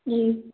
जी